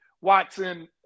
Watson